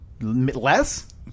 Less